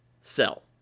sell